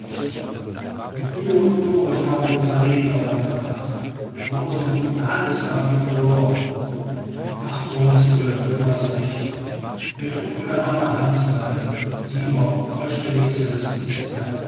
wonström mit mühe und noth haben wir unser leben davongebracht aber unsern guten hans haben wir verloren ach wonström du hast recht mir thut nur der arme hans leid sieh nur vollständig zerrissen ist er